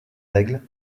règles